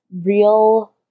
real